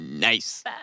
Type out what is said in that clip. Nice